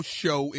show